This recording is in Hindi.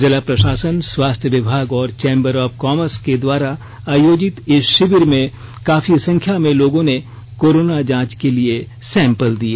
जिला प्रशासन स्वास्थ्य विभाग और चैंबर ऑफ कॉमर्स द्वारा आयोजित इस शिविर में काफी संख्या में लोगों ने कोरोना जांच के लिए सैंपल दिए